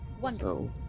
Wonderful